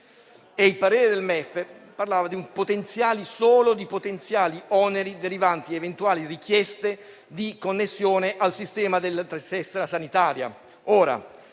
e delle finanze parlava solo di potenziali oneri derivanti da eventuali richieste di connessione al sistema della tessera sanitaria.